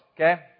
Okay